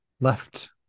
left